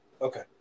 okay